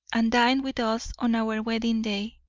and dine with us on our wedding day.